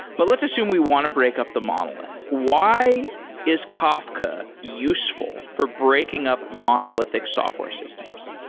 but let's assume we want to break up the monolith. why is kafka useful for breaking up monolithic software systems?